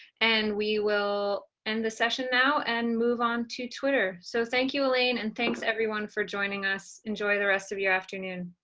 and we will end the session now and move on to twitter. so, thank you, elaine, and thanks, everyone, for joining us. enjoy the rest of your afternoon.